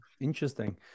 Interesting